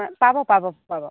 পাব পাব পাব